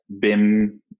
BIM